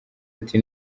ati